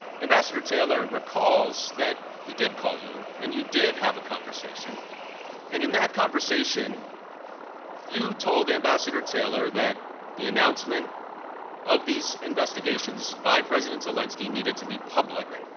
ambassador taylor recalls that he did call you and you did have a conversation and, in that conversation you told ambassador taylor that the announcement of these investigations by president zelensky needed to be public